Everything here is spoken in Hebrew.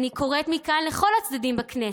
אני קוראת מכאן לכל הצדדים בכנסת: